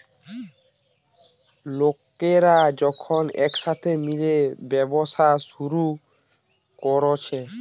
লোকরা যখন একসাথে মিলে ব্যবসা শুরু কোরছে